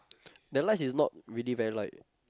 the lights is not really very light